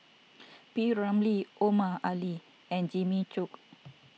P Ramlee Omar Ali and Jimmy Chok